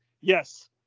yes